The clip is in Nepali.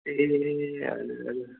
ए हजुर हजुर